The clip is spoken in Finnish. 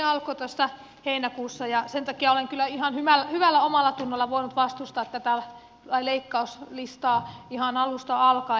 pestini alkoi tuossa heinäkuussa ja sen takia olen kyllä ihan hyvällä omallatunnolla voinut vastustaa tätä leikkauslistaa ihan alusta alkaen